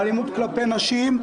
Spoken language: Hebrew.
באלימות כלפי נשים,